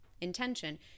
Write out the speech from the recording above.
intention